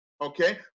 Okay